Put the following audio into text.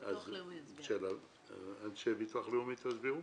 אז אנשי ביטוח לאומי תסבירו?